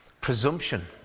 presumption